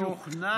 אני משוכנע.